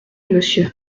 monsieur